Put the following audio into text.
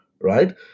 right